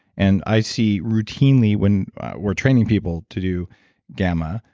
and i see routinely when we're training people to do gamma,